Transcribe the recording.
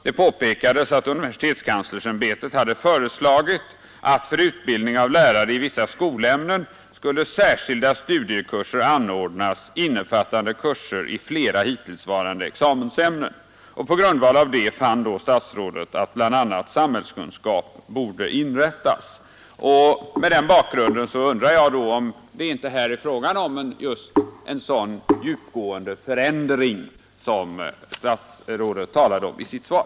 Det påpekades också att universitetskanslersämbetet hade föreslagit att för utbildning av lärare i vissa skolämnen skulle särskilda studiekurser anordnas innefattande kurser i flera hittillsvarande examensämnen. På grundval av detta fann då statsrådet att bl.a. ämnet samhällskunskap borde inrättas. Mot den bakgrunden undrar jag om det inte i detta fall är fråga om just en sådan djupgående förändring som statsrådet talar om i sitt svar.